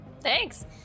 Thanks